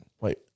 Wait